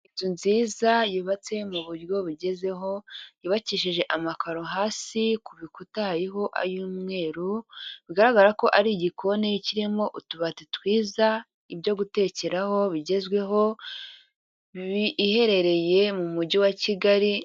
Inzu nziza yubatse mu buryo bugezweho yubakishije amakaro hasi, ku bikuta hariho ay'umweru, bigaragara ko ari igikoni kirimo utubati twiza, ibyogutekeraho bigezweho, iherereye mu mujyi wa Kigali.